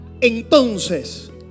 entonces